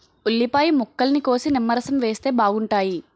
ఉల్లిపాయ ముక్కల్ని కోసి నిమ్మరసం వేస్తే బాగుంటాయి